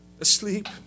asleep